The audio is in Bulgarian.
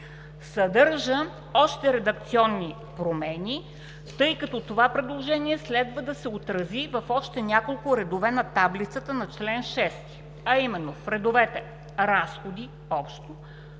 съдържа още редакционни промени, тъй като това предложение следва да се отрази в още няколко редове на таблицата на чл. 6, а именно в редовете „Разходи – общо“